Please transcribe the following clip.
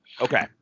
Okay